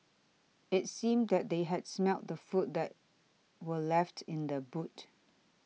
it seemed that they had smelt the food that were left in the boot